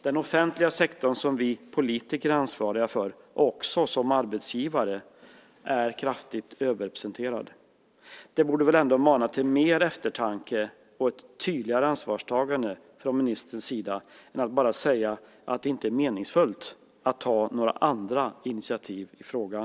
Den offentliga sektorn, som vi politiker är ansvariga för, också som arbetsgivare, är kraftigt överrepresenterad. Det borde mana till mer eftertanke och ett tydligare ansvarstagande från ministerns sida än att bara säga att det inte är meningsfullt att ta några andra initiativ i frågan.